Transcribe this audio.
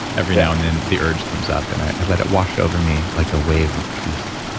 every now and then the urge comes up and i let it wash over me like a wave of peace.